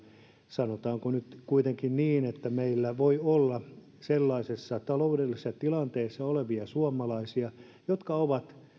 sanotaan nyt kuitenkin niin että meillä voi olla sellaisessa taloudellisessa tilanteessa olevia suomalaisia jotka ovat